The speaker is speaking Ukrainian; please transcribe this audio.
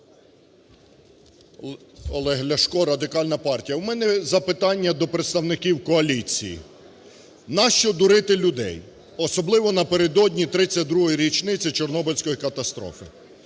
Олег Ляшко, Радикальна партія. У мене запитання до представників коаліції. Нащо дурити людей, особливо напередодні 32-ї річниці Чорнобильської катастрофи?